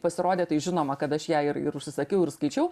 pasirodė tai žinoma kad aš ją ir ir užsisakiau ir skaičiau